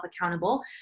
accountable